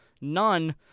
none